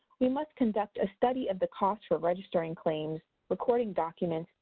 we must conduct a study of the costs for registering claims, recording documents,